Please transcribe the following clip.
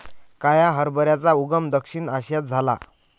काळ्या हरभऱ्याचा उगम दक्षिण आशियात झाला